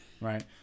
Right